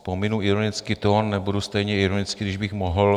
Pominu ironický tón, nebudu stejně ironický, i když bych mohl.